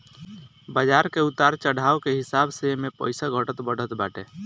बाजार के उतार चढ़ाव के हिसाब से एमे पईसा घटत बढ़त बाटे